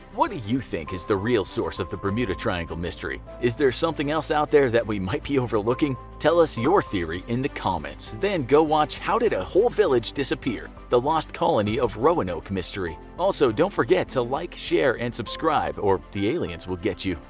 what do you think is the real source of the bermuda triangle mystery? is there something else our there that we might be overlooking? tell us your theory in the comments, then go watch how did a whole village disappear? the lost colony of roanoke mystery! also don't forget to like, share, and subscribe or aliens will get you.